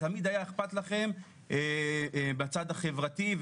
תמיד היה אכפת לכם בצד החברתי,